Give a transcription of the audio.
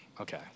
Okay